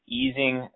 easing